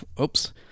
Oops